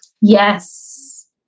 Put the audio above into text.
Yes